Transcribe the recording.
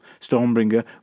Stormbringer